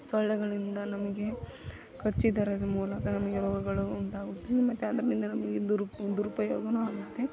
ಸೊಳ್ಳೆಗಳಿಂದ ನಮಗೆ ಕಚ್ಚಿದರ ಮೂಲಕ ನಮಗೆ ರೋಗಗಳು ಉಂಟಾಗುತ್ತದೆ ಮತ್ತೆ ಅದರಿಂದ ನಮಗೆ ದುರುಪ್ ದುರುಪಯೋಗವೂ ಆಗುತ್ತೆ